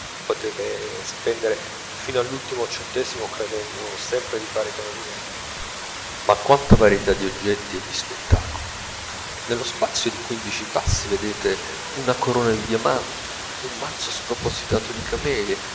potete spendere fino all'ultimo centesimo credendo sempre di fare economia ma quanta varietà di oggetti e di spettacoli nello spazio di quindici passi vedete una corona di diamanti un mazzo spropositato di camelie